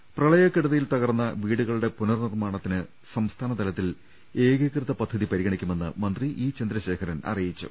രുവെട്ടെടു പ്രളയക്കെടുതിയിൽ തകർന്ന വീടുകളുടെ പുനർ നിർമ്മാണത്തിന് സംസ്ഥാനതലത്തിൽ ഏകീകൃത പദ്ധതി പരിഗണിക്കുമെന്ന് മന്ത്രി ഇ ചന്ദ്ര ശേഖരൻ അറിയിച്ചു